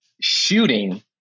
shooting